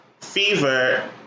Fever